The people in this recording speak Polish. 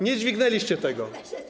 Nie dźwignęliście tego.